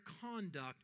conduct